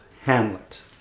Hamlet